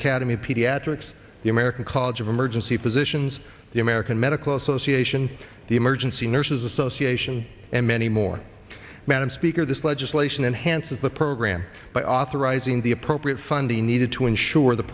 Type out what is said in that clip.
academy of pediatrics the american college of emergency physicians the american medical association the emergency nurses association and many more madam speaker this legislation enhances the program by authorizing the appropriate funding needed to ensure the